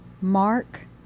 Mark